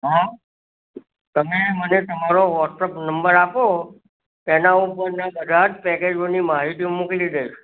હા તમે મને તમારો વ્હોટ્સએપ નંબર આપો એના ઉપર બધાં જ પેકેજોની માહિતી મોકલી દઈશ